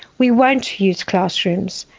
we won't use classrooms,